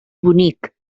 bonic